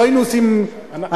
לא היינו עושים הנחה,